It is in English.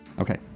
Okay